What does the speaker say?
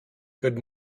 good